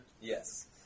Yes